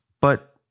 but-